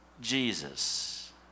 Jesus